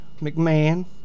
McMahon